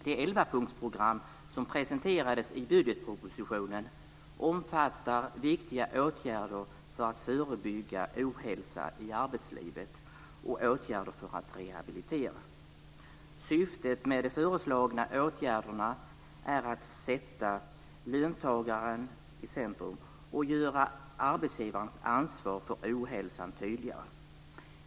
Det elvapunktsprogram som presenterades i budgetpropositionen omfattar viktiga åtgärder för att förebygga ohälsa i arbetslivet och åtgärder för att rehabilitera. Syftet med de föreslagna åtgärderna är att sätta löntagaren i centrum och göra arbetsgivarens ansvar för ohälsan tydligare.